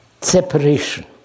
Separation